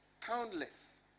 countless